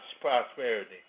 prosperity